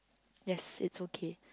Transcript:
yes it's okay